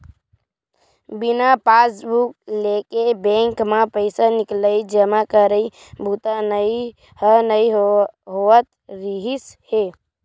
बिना पासबूक लेगे बेंक म पइसा निकलई, जमा करई बूता ह नइ होवत रिहिस हे